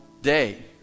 day